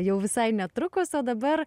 jau visai netrukus o dabar